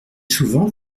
souvent